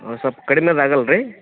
ಹಾಂ ಸೊಲ್ಪ ಕಡಿಮೆ ಅದು ಆಗಲ್ಲ ರೀ